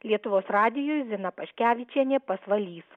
lietuvos radijui zina paškevičienė pasvalys